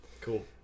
cool